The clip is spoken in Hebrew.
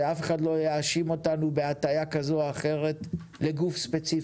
שאף אחד לא יאשים אותנו בהטיה כזו או אחרת לגוף ספציפי.